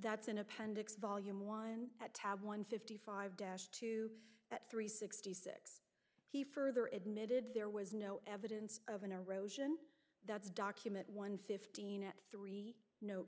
that's in appendix volume one at tab one fifty five dash two at three sixty six he further admitted there was no evidence of an erosion that's document one fifteen at three no